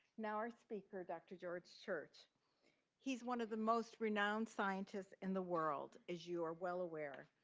now our speaker, dr. george church he's one of the most renowned scientists in the world, as you are well aware.